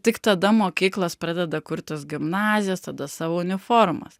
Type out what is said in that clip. tik tada mokyklos pradeda kurtis gimnazijos tada savo uniformas